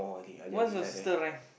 what's your sister rank